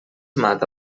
mata